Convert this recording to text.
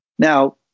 Now